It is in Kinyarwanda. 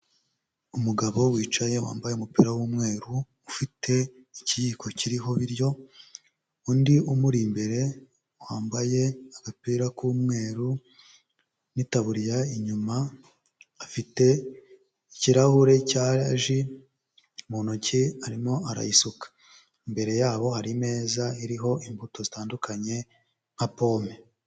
Umugabo wicaye wambaye umupira w'umweru, ufite ikiyiko kiriho ibiryo, undi umuri imbere wambaye agapira k'umweru n'itaburiya inyuma, afite ikirahure cya ji mu ntoki arimo arayisuka, imbere yabo hari imeza iriho imbuto zitandukanye nka pome.